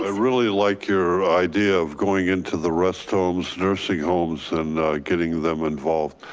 ah really like your idea of going into the rest homes, nursing homes, and getting them involved.